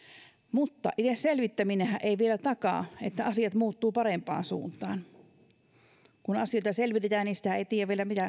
mutta itse selvittäminenhän ei vielä takaa että asiat muuttuvat parempaan suuntaan kun asioita selvitetään niin sitä ei tiedä vielä mitä